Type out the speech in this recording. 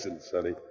Sonny